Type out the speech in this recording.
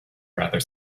rather